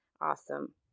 awesome